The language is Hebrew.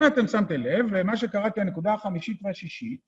אתם שמתם לב, מה שקראתי הנקודה החמישית והשישית